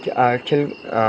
खेल